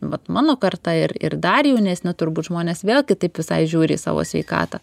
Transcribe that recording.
vat mano karta ir ir dar jaunesni turbūt žmonės vėl kitaip visai žiūri į savo sveikatą